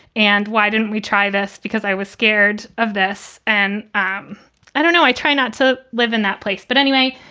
and why didn't we try this? because i was scared of this and um i don't know, i try not to live in that place. but anyway,